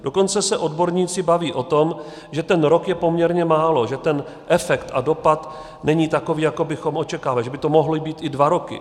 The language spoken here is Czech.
Dokonce se odborníci baví o tom, že ten rok je poměrně málo, že ten efekt a dopad není takový, jaký bychom očekávali, že by to mohly být i dva roky.